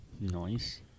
Nice